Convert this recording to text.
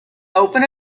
open